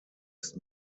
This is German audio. ist